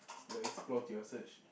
your explore to your search